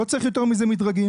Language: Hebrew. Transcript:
לא צריך יותר מזה מדרגים.